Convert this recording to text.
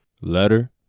Letter